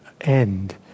end